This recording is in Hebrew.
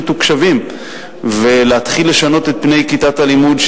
מתוקשבים ולהתחיל לשנות את פני כיתת הלימוד,